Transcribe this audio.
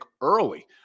early